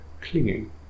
clinging